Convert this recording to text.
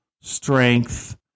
strength